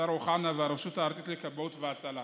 השר אוחנה והרשות הארצית לכבאות והצלה.